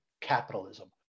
capitalism